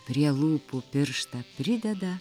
prie lūpų pirštą prideda